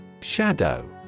Shadow